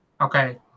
Okay